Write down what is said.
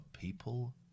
people